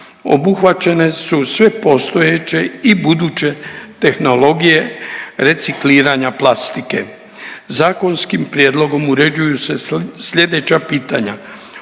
obuhvaćene su sve postojeće i buduće tehnologije recikliranja plastike. Zakonskim prijedlogom uređuju se slijedeća pitanja.